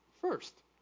first